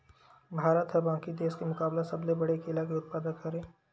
भारत हा बाकि देस के मुकाबला सबले बड़े केला के उत्पादक हरे